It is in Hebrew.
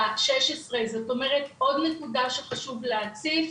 היה גיל 16. בעניין הזה יש עוד נקודה שחשוב לי להציף,